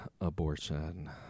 abortion